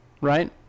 Right